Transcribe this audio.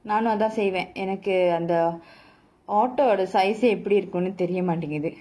நானும் அதான் செய்வேன் எனக்கு அந்த:naanum athaan seivaen enakku antha otter the size எப்டி இருக்கும்னு தெரிய மாட்டேங்குது:epdi irukumnu theriya maattaenguthu